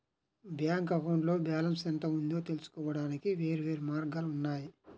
bank అకౌంట్లో balance ఎంత ఉందో తెలుసుకోవడానికి వేర్వేరు మార్గాలు ఉన్నాయి